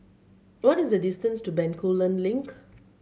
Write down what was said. what is the distance to Bencoolen Link